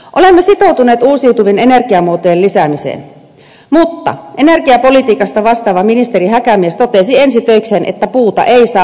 olemme sitoutuneet uusiutuvien energiamuotojen lisäämiseen mutta energiapolitiikasta vastaava ministeri häkämies totesi ensi töikseen että puuta ei saa polttaa